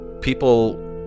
people